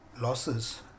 losses